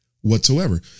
whatsoever